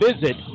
visit